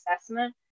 assessment